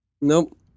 Nope